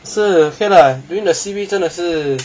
是 okay lah during the C_B 真的是